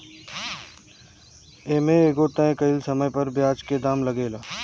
ए में एगो तय कइल समय पर ब्याज के दाम लागेला